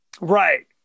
Right